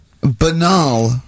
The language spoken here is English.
banal